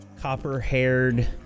copper-haired